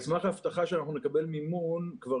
על סמך ההבטחה שאנחנו נקבל מימון כבר